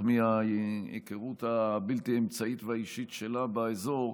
מההיכרות הבלתי-אמצעית והאישית שלה באזור,